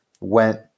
went